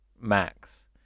max